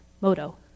moto